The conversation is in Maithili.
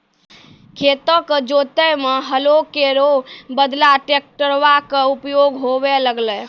खेतो क जोतै म हलो केरो बदला ट्रेक्टरवा कॅ उपयोग होबे लगलै